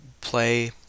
play